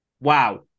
wow